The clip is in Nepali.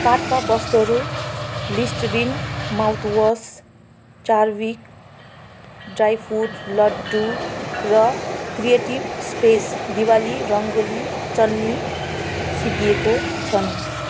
कार्टका वस्तुहरू लिस्टरिन माउथवास चार्भिक ड्राई फ्रुट लड्डु र क्रिएटिभ स्पेस दिवाली रङ्गोली चन्नी सिद्धिएको छन्